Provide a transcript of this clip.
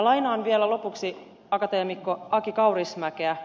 lainaan vielä lopuksi akateemikko aki kaurismäkeä